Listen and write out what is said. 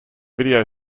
video